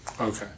Okay